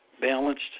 balanced